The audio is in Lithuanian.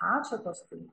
atšakos tai